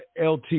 LT